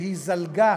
שהיא זלגה